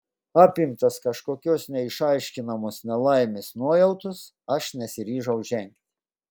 apimtas kažkokios neišaiškinamos nelaimės nuojautos aš nesiryžau žengti